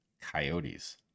coyotes